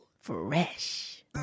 Fresh